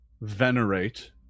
venerate